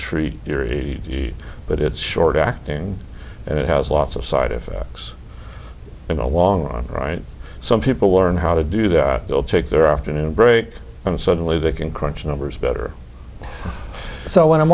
treat your e but it's short acting and it has lots of side effects in the long run right some people learn how to do that they'll take their afternoon break and suddenly they can crunch numbers better so when i'm